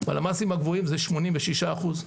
בלמ"סים הגבוהים זה 86%,